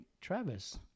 Travis